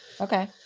Okay